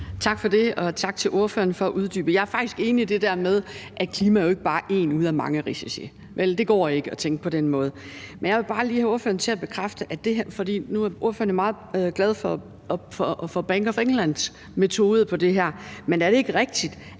Tak for det. Og tak til ordføreren for uddybelsen. Jeg er faktisk enig i det der med, at klimaet jo ikke bare er én af mange risici. Det går ikke at tænke på den måde. Nu er ordføreren jo meget glad for Bank of Englands metode på det her område, men er det ikke rigtigt,